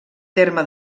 terme